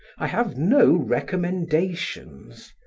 i have no recommendations.